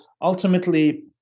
ultimately